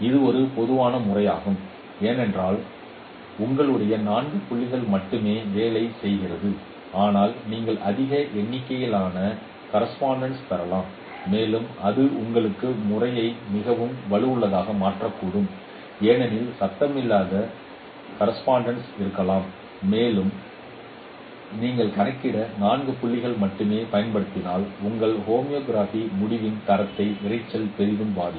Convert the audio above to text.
இது ஒரு பொதுவான முறையாகும் ஏனென்றால் உங்களுடையது 4 புள்ளி மட்டுமே வேலை செய்கிறது ஆனால் நீங்கள் அதிக எண்ணிக்கையிலான கரெஸ்பாண்டென்ஸ்ஸ் பெறலாம் மேலும் அது உங்கள் முறையை மிகவும் வலுவானதாக மாற்றக்கூடும் ஏனெனில் சத்தமில்லாத கரெஸ்பாண்டென்ஸ்ஸ் இருக்கலாம் மேலும் நீங்கள் கணக்கிட 4 புள்ளிகளை மட்டுமே பயன்படுத்தினால் உங்கள் ஹோமோகிராபி முடிவின் தரத்தை இரைச்சல் பெரிதும் பாதிக்கும்